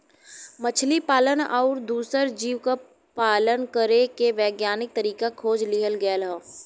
मछली पालन आउर दूसर जीव क पालन करे के वैज्ञानिक तरीका खोज लिहल गयल हौ